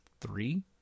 three